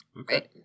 Okay